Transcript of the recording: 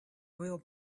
real